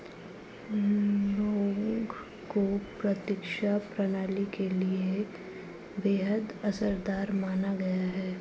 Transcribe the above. लौंग को प्रतिरक्षा प्रणाली के लिए बेहद असरदार माना गया है